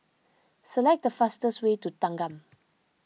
select the fastest way to Thanggam